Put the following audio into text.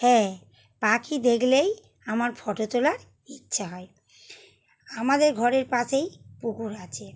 হ্যাঁ পাখি দেখলেই আমার ফটো তোলার ইচ্ছা হয় আমাদের ঘরের পাশেই পুকুর আছে